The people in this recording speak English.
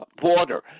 border